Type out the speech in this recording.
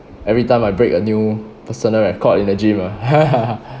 every time I break a new personal record in the gym ah